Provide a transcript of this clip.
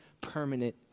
permanent